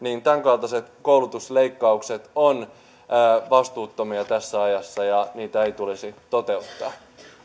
tämänkaltaiset koulutusleikkaukset ovat vastuuttomia tässä ajassa ja niitä ei tulisi toteuttaa